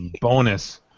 Bonus